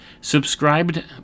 subscribed